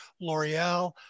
L'Oreal